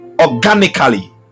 organically